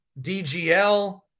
DGL